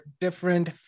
different